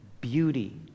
beauty